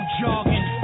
jogging